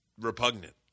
Repugnant